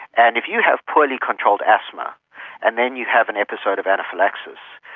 and if you have poorly controlled asthma and then you have an episode of anaphylaxis,